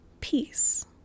peace